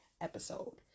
episode